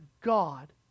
God